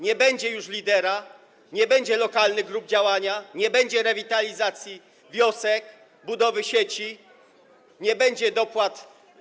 Nie będzie już lidera, nie będzie lokalnych grup działania, nie będzie rewitalizacji wiosek, budowy sieci, nie będzie dopłat.